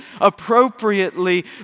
appropriately